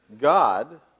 God